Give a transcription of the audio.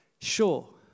Sure